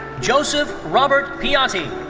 joseph robert piotti.